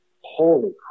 holy